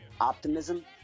optimism